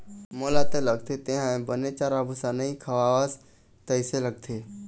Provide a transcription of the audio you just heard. मोला तो लगथे तेंहा बने चारा भूसा नइ खवास तइसे लगथे